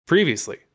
Previously